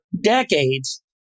decades